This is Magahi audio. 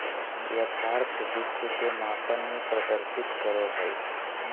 यथार्थ विश्व के मापन के प्रदर्शित करो हइ